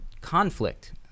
conflict